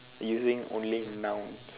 using only nouns